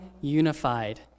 unified